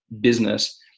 business